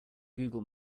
google